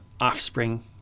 offspring